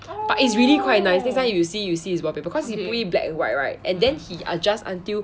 but it's really quite nice next time you see you see is wallpaper because he put it black and white right and then he adjust until